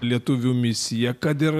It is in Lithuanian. lietuvių misija kad ir